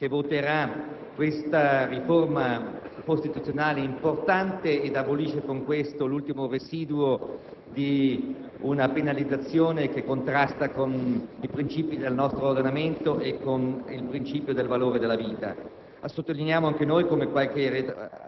capace di limitare le tante atrocità che ancora si consumano in troppe parti del mondo con la soppressione della vita umana per una decisione legittima, ma sempre ingiusta degli Stati che ancora lo consentono. *(Applausi